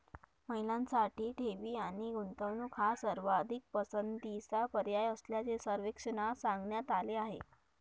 महिलांसाठी ठेवी आणि गुंतवणूक हा सर्वाधिक पसंतीचा पर्याय असल्याचे सर्वेक्षणात सांगण्यात आले आहे